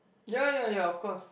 ya ya ya of course